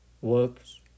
works